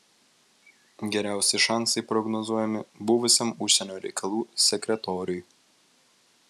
geriausi šansai prognozuojami buvusiam užsienio reikalų sekretoriui